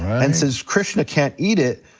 and since krishna can't eat it,